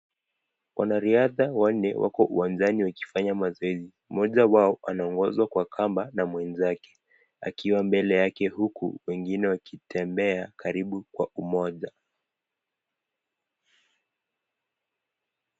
Wanariadha wanne wako kiwanja wakifanya mazoezi moja wao anaongoza kwa kamba na mwenzake akiwa mbele yake huku wengine wakitembea karibu Kwa umoja.